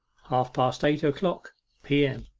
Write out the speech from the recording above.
half-past eight o'clock p m.